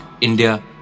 India